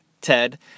Ted